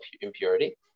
impurity